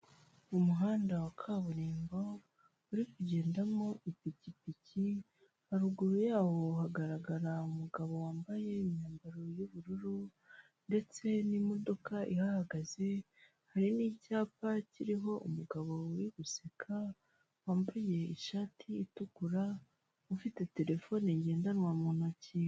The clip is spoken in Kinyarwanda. Umuhanda wa kaburimbo uri kugendamo ipikipiki, haruguru yaho hagaragara umugabo wambaye umwambaro w'ubururu ndetse n'imodoka ihahagaze, hari n'icyapa kiriho umugabo uri guseka wambaye ishati itukura ufite terefone ngendanwa mu ntoki.